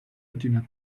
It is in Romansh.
d’üna